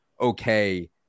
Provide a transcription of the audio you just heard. okay